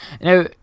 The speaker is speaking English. Now